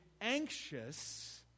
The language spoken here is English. anxious